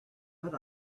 but